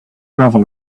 gravel